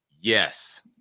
Yes